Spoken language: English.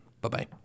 Bye-bye